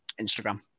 Instagram